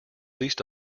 least